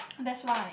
that's why